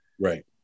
Right